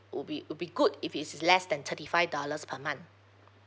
would be would be good if it's s~ less than thirty five dollars per month